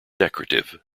decorative